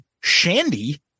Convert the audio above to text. Shandy